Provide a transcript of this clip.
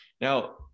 Now